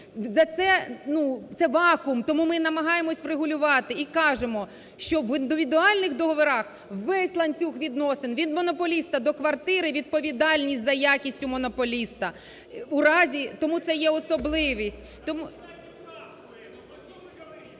це вакуум. Тому ми намагаємося врегулювати і кажемо, що в індивідуальних договорах весь ланцюг відносин від монополіста до квартири – відповідальність за якість у монополіста. У разі… Тому це є особливість… (Шум у залі) Ну, в разі…